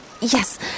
Yes